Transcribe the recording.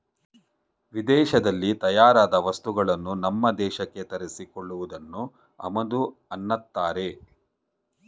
ವಿದೇಶದಲ್ಲಿ ತಯಾರಾದ ವಸ್ತುಗಳನ್ನು ನಮ್ಮ ದೇಶಕ್ಕೆ ತರಿಸಿ ಕೊಳ್ಳುವುದನ್ನು ಆಮದು ಅನ್ನತ್ತಾರೆ